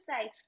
say